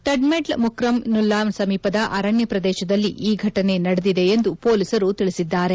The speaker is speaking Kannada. ಟಡ್ಮೆಟ್ಲ್ ಮುಕ್ರಮ್ ನುಲ್ಲಾ ಸಮೀಪದ ಅರಣ್ಯ ಪ್ರದೇಶದಲ್ಲಿ ಈ ಘಟನೆ ನಡೆದಿದೆ ಎಂದು ಪೊಲೀಸರು ತಿಳಿಸಿದ್ದಾರೆ